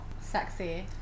Sexy